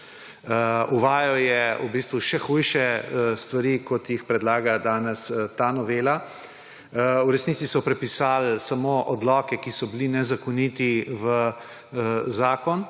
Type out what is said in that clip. Uvajal je še hujše stvari, kot jih predlaga danes ta novela. V resnici so prepisali samo odloke, ki so bili nezakoniti, v zakon